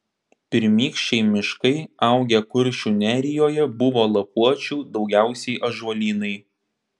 pirmykščiai miškai augę kuršių nerijoje buvo lapuočių daugiausiai ąžuolynai